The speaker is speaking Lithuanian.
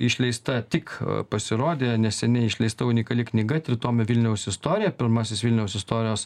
išleista tik pasirodė neseniai išleista unikali knyga tritomė vilniaus istorija pirmasis vilniaus istorijos